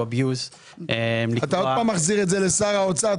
אביוז לקבוע --- אתה עוד פעם מחזיר את היכולת לשר האוצר?